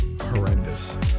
Horrendous